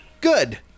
Good